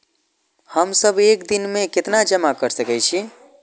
हम सब एक दिन में केतना जमा कर सके छी?